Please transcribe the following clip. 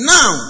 Now